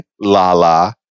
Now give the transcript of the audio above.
Lala